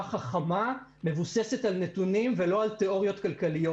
חכמה שמבוססת על נתונים ולא על תיאוריות כלכליות